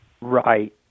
Right